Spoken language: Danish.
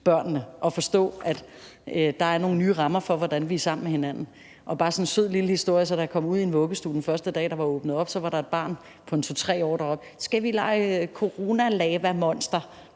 til at forstå, at der er nogle nye rammer for, hvordan vi er sammen med hinanden. Jeg har sådan en sød lille historie: Da jeg kom ud i en vuggestue, den første dag, der var åbnet op, var der et barn på en 2-3 år, der råbte til nogle af de